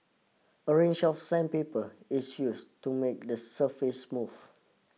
a range of sandpaper is used to make the surface smooth